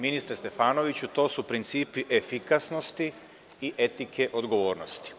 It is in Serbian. Ministre Stefanoviću, to su principi efikasnosti i etike odgovornosti.